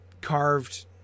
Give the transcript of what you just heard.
carved